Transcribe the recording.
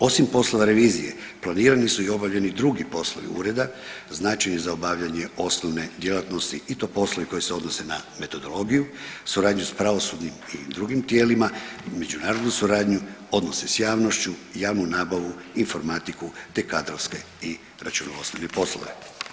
Osim poslova revizije planirani su i obavljeni drugi poslovi ureda značajni za obavljanje osnovne djelatnosti i to poslovi koji se odnose na metodologiju, suradnju sa pravosudnim i drugim tijelima, međunarodnu suradnju, odnose sa javnošću, javnu nabavu, informatiku, te kadrovske i računovodstvene poslove.